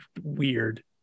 weird